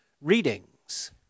readings